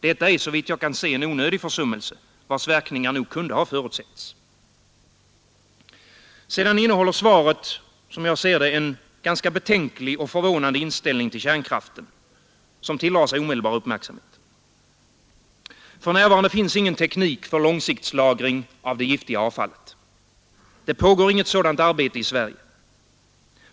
Detta är såvitt jag kan se en onödig försummelse, vars verkningar nog kunde ha förutsetts. Sedan innehåller svaret, som jag ser det, en ganska betänklig och förvånande inställning till kärnkraften som tilldrar sig omedelbar uppmärksamhet. För närvarande finns ingen teknik för långsiktslagring av det giftiga avfallet. Det pågår inget sådant arbete i Sverige.